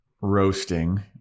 roasting